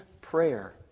prayer